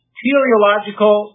teleological